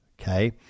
okay